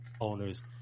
owners